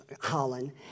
Holland